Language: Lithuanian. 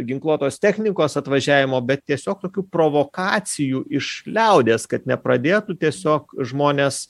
ginkluotos technikos atvažiavimo bet tiesiog tokių provokacijų iš liaudies kad nepradėtų tiesiog žmonės